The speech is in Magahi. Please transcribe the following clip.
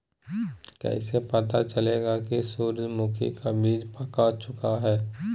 कैसे पता चलेगा की सूरजमुखी का बिज पाक चूका है?